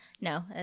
No